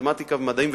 במתמטיקה ומדעים,